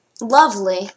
Lovely